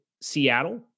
Seattle